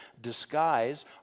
disguise